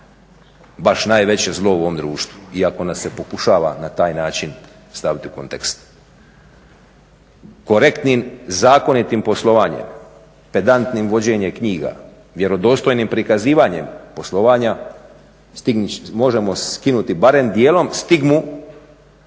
baš najveće zlo u ovom društvu. Iako nas se pokušava na taj način staviti u kontekst. Korektnim, zakonitim poslovanjem, pedantnim vođenjem knjiga, vjerodostojnim prikazivanjem poslovanja možemo skinuti barem dijelom stigmu